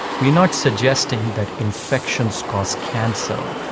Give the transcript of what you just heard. we are not suggesting that infections cause cancer,